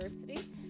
University